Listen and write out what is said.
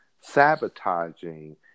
sabotaging